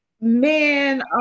man